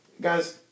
Guys